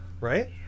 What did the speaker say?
Right